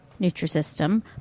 Nutrisystem